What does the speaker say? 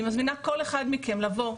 אני מזמינה כל אחד מכם לבוא,